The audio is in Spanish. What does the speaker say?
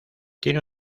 tiene